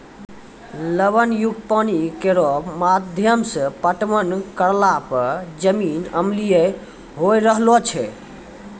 लवण युक्त पानी केरो माध्यम सें पटवन करला पर जमीन अम्लीय होय रहलो छै